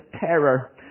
terror